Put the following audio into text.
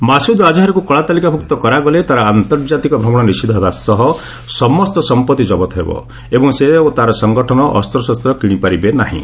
ମାସୁଦ ଆଜାହର୍କୁ କଳାତାଲିକାଭୁକ୍ତ କରାଗଲେ ତା'ର ଆନ୍ତର୍ଜାତିକ ଭ୍ରମଣ ନିଷିଦ୍ଧ ହେବା ସହ ସମସ୍ତ ସମ୍ପର୍ତ୍ତି ଜବତ ହେବ ଏବଂ ସେ ଓ ତା' ସଂଗଠନ ଅସ୍ତ୍ରଶସ୍ତ୍ର କିଣିପାରିବେ ନାହିଁ